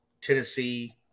Tennessee